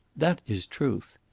that is truth.